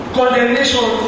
condemnation